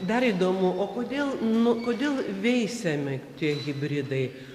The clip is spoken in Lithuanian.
dar įdomu o kodėl nu kodėl veisiami tie hibridai